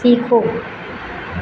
सीखो